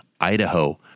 Idaho